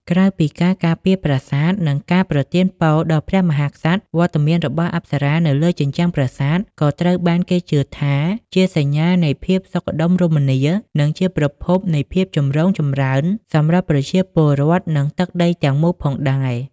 ក្រៅពីការការពារប្រាសាទ និងការប្រទានពរដល់ព្រះមហាក្សត្រ វត្តមានរបស់អប្សរានៅលើជញ្ជាំងប្រាសាទក៏ត្រូវបានគេជឿថាជា សញ្ញានៃភាពសុខដុមរមនា និងជាប្រភពនៃភាពចម្រុងចម្រើនសម្រាប់ប្រជាពលរដ្ឋ និងទឹកដីទាំងមូលផងដែរ។